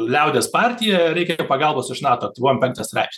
liaudies partiją reikia pagalbos iš nato aktyvuojam penktą straipsnį